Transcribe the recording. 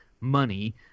money